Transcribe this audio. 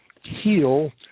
heal